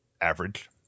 average